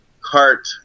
cart